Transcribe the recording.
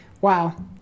Wow